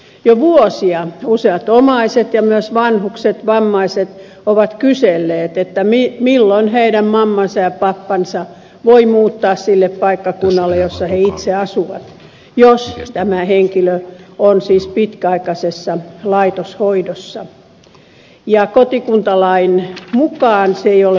jo vuosia useat omaiset ja myös vanhukset vammaiset ovat kyselleet milloin heidän mammansa ja pappansa voivat muuttaa sille paikkakunnalle jossa he itse asuvat jos tämä henkilö on siis pitkäaikaisessa laitoshoidossa ja kotikuntalain mukaan se ei ole ollut mahdollista